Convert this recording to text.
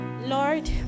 Lord